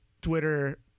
twitter